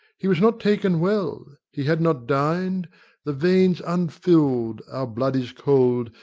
he was not taken well he had not din'd the veins unfill'd, our blood is cold,